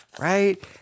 right